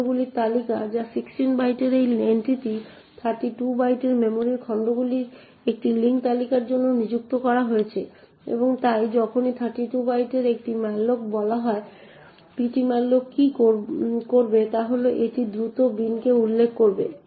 খণ্ডগুলির তালিকা যা 16 বাইটের এই এন্ট্রিটি 32 বাইটের মেমরি খণ্ডগুলির একটি লিঙ্ক তালিকার জন্য নিযুক্ত করা হয়েছে এবং তাই যখনই 32 বাইটের একটি malloc বলা হয় PT malloc কি করবে তা হল এটি এই দ্রুত বিনকে উল্লেখ করবে